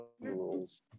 rules